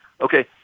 okay